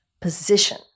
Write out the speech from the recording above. position